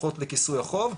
הולכות לכיסוי החוב,